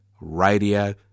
Radio